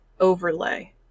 overlay